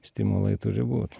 stimulai turi būt